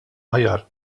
aħjar